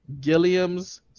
Gilliam's